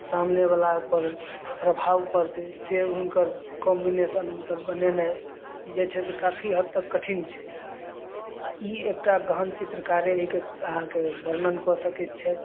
सामने बला प्रभाव पड़तै से हुनकर कॉम्बिनेशन हुनकर बनेनाइ ई जे छै से काफी हद तक कठिन छै आ ई एकटा गहन चित्रकारे एहिके अहाँके वर्णन कऽ सकैत छथि